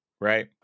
Right